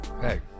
hey